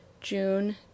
June